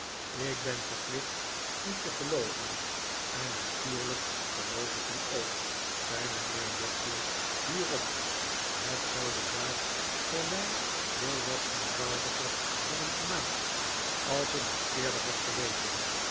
ik ben verplicht u te gelooven en natuurlijk geloof ik u ook zei mijnheer wickfield hierop het zou de zaak voor mij heel wat eenvoudiger hebben gemaakt als ik dat eerder had geweten